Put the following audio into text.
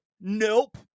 Nope